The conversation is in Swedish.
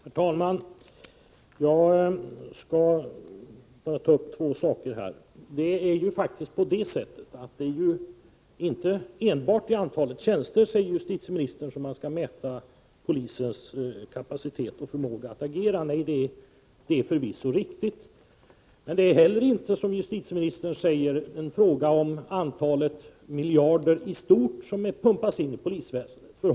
Herr talman! Jag skall bara ta upp två saker. Justitieministern säger att det inte enbart är i antalet tjänster som man skall mäta polisens kapacitet och förmåga att agera. Detta är förvisso riktigt. Men det är heller inte, som justitieministern säger, en fråga om antalet miljarder i stort som pumpas in i polisväsendet.